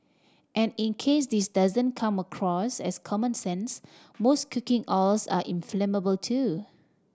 and in case this doesn't come across as common sense most cooking oils are inflammable too